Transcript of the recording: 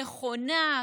נכונה,